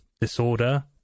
disorder